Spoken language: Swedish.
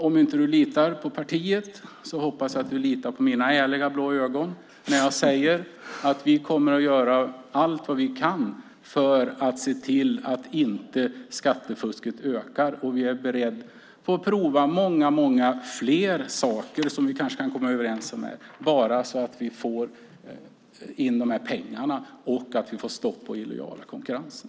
Om han inte litar på partiet hoppas jag att han litar på mina ärliga blå ögon när jag säger att vi kommer att göra allt vad vi kan för att se till att skattefusket inte ökar och att vi är beredda att prova många fler saker, som vi kanske kan komma överens om här, bara så att vi får in de här pengarna och får stopp på den illojala konkurrensen.